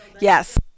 yes